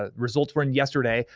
ah results were in yesterday.